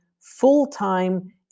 full-time